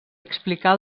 explicar